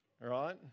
right